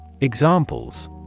Examples